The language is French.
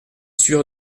sûr